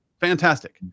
Fantastic